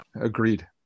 Agreed